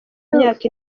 myaka